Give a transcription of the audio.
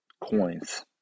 coins